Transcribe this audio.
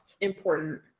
important